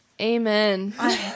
Amen